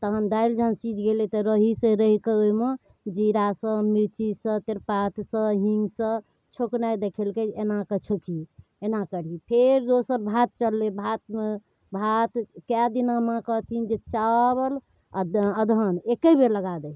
तहन दालि जहन सिझ गेलै तऽ रहीसँ रहिकऽ ओहिमे जीरासँ मिर्चीसँ तेजपातसँ हींगसँ छौँकनाइ देखेलकै एनाकऽ छौँकही एना करही फेर जे से भात चढ़लै भातमे भात कएदिना माँ कहथिन जे चावल आओर अदहन एकेबेर लगा दही